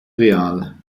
real